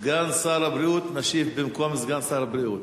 סגן שר הבריאות משיב במקום סגן שר הבריאות.